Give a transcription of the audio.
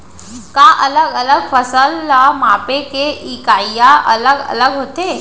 का अलग अलग फसल ला मापे के इकाइयां अलग अलग होथे?